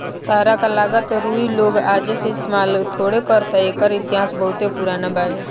ताहरा का लागता रुई लोग आजे से इस्तमाल थोड़े करता एकर इतिहास बहुते पुरान बावे